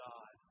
God